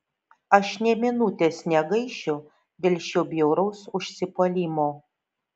aš nė minutės negaišiu dėl šio bjauraus užsipuolimo